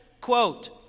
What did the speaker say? Quote